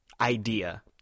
idea